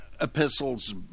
epistles